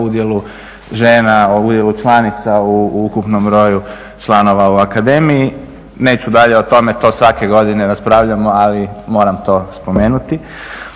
o udjelu žena, o udjelu članica u ukupnom broju članova u akademiji. Neću dalje o tome, to svake godine raspravljamo, ali moram to spomenuti.